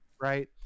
right